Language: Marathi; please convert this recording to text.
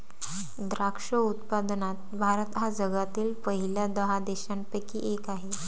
द्राक्ष उत्पादनात भारत हा जगातील पहिल्या दहा देशांपैकी एक आहे